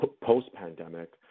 post-pandemic